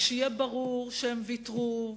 כשיהיה ברור שהם ויתרו,